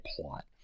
plot